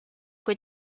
kui